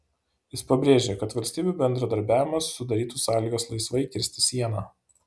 jis pabrėžė kad valstybių bendradarbiavimas sudarytų sąlygas laisvai kirsti sieną